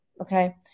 Okay